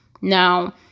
Now